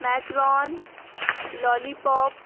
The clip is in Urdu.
Macron lollipop